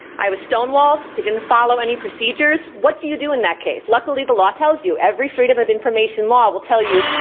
i was stonewalled, they didn't follow any procedures, what do you do in that case? luckily the law tells you. every freedom of information law will tell you,